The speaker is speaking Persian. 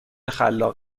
خلاق